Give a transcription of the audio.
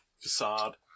facade